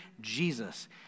Jesus